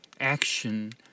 action